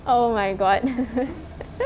oh my god